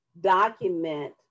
document